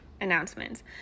announcements